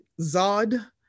Zod